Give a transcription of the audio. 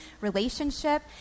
relationship